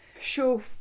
show